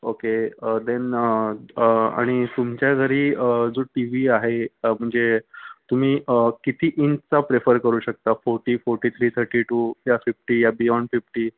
okay then आणि तुमच्या घरी जो टी व्ही आहे म्हणजे तुम्ही किती इंचचा प्रेफर करू शकता forty forty three thirty two या फिफ्टी या बियोंड फिफ्टी